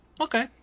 Okay